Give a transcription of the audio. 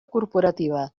corporativa